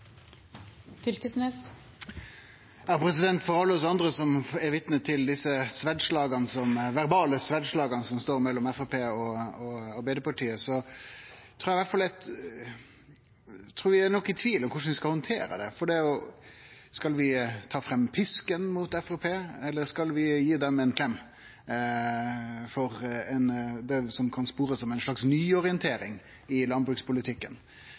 vitne til desse verbale sverdslaga som står mellom Framstegspartiet og Arbeidarpartiet, er noko i tvil om korleis vi skal handtere det. Skal vi ta fram pisken mot Framstegspartiet, eller skal vi gi dei ein klem for det ein kan spore som ei nyorientering i landbrukspolitikken?